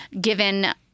given